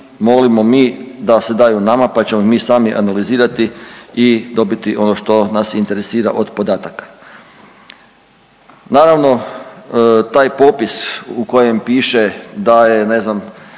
molimo mi da se daju nama pa ćemo mi sami analizirati i dobiti ono što nas interesira od podataka. Naravno taj popis u kojem piše da je ne znam